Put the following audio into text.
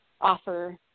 offer